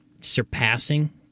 surpassing